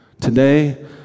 Today